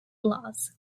blas